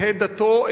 יהיו דתו,